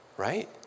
right